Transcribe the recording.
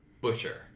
Butcher